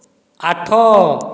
ଆଠ